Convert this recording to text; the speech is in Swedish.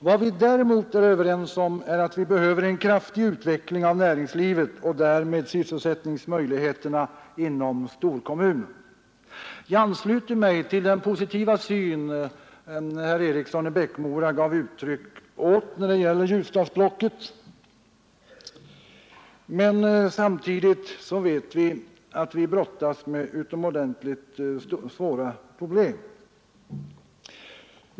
Vad vi däremot är överens om är att vi önskar en kraftig utveckling av näringslivet och därmed av sysselsättningsmöjligheterna inom storkommunerna. Jag ansluter mig till den positiva inställning som herr Eriksson i Bäckmora gav uttryck för när det gäller Ljusdalsblocket. Vi vet emellertid att vi brottas med utomordentligt svåra problem.